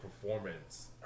performance